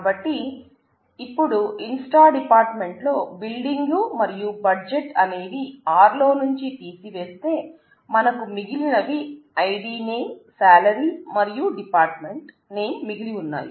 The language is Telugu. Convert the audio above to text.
కాబట్టి ఇపుడు inst dept లో బిల్డింగ్ మరియు బడ్జెట్ అనేవి R లో నుంచి తీసివేస్తే మనకు మిగిలినవి ఐడి నేమ్ శాలరీ మరియు డిపార్ట్మెంట్ నేమ్ మిగిలి ఉన్నాయి